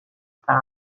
that